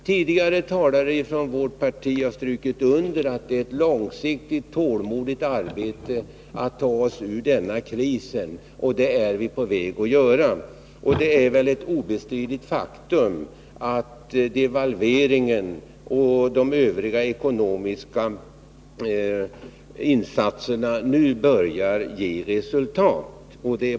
Tidigare talare från vårt parti har strukit under att det är ett långsiktigt, tålmodigt arbete att ta oss ur krisen, men vi är på väg att göra det. Det är väl ett obestridligt faktum att devalveringen och de övriga ekonomiska insatserna nu börjar ge resultat.